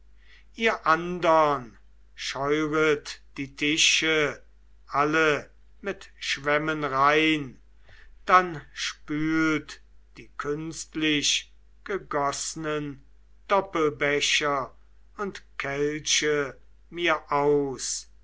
ihr andern scheuert die tische alle mit schwämmen rein dann spült die künstlichgegoßnen doppelbecher und kelche mir aus